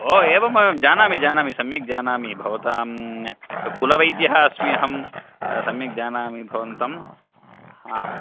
ओ एवं एवं जानामि जानामि सम्यक् जानामि भवतां कुलवैद्यः अस्मि अहं सम्यक् जानामि भवन्तं हा